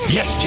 Yes